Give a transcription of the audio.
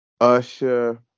Usher